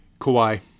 Kawhi